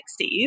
1960s